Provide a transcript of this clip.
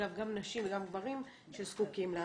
גם נשים וגם גברים שזקוקים לה.